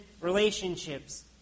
relationships